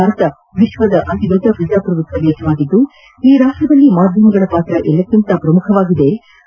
ಭಾರತ ವಿಶ್ವದ ಅತಿದೊಡ್ಡ ಪ್ರಜಾಪ್ರಭುತ್ವ ರಾಷ್ಲವಾಗಿದ್ದು ಈ ರಾಷ್ಲದಲ್ಲಿ ಮಾಧ್ಯಮಗಳ ಪಾತ್ರ ಎಲ್ಲವೂಕೆಂತ ಶ್ರಮುಖವಾಗಿವೆ ಎಂದರು